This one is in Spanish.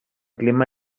clima